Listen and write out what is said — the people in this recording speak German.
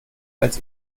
als